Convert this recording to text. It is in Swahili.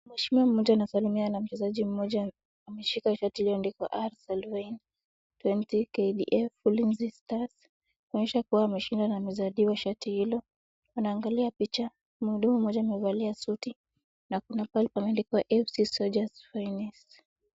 Mheshimiwa mmoja anasalimiana na mchezaji mmoja. Ameshika shati iliyoandikwa R.SYLWANE KDF Ulinzi stars kuonyesha kuwa ameshinda na amezawadiwa shati hilo. Anaangali picha ,mhudumu mmoja amevalia suti na kuna pahali pameandikwa fc solders finest .